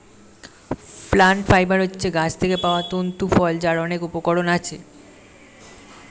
plant fibre হচ্ছে গাছ থেকে পাওয়া তন্তু ফল যার অনেক উপকরণ আছে